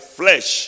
flesh